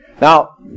Now